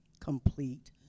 complete